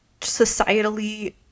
societally